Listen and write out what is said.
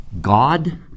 God